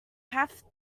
have